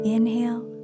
Inhale